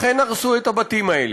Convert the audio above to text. לכן הרסו את הבתים האלה.